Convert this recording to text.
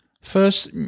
First